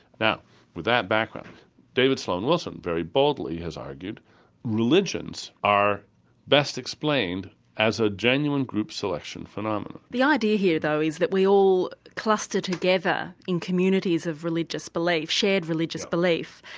now with that background david sloane wilson very boldly has argued religions are best explained as a genuine group selection phenomenon. the idea here though is that we all cluster together in communities of religious belief, shared religious belief,